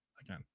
again